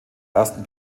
ersten